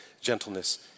gentleness